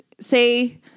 say